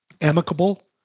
amicable